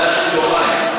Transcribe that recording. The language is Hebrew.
לא, אבל זה היה צוהריים.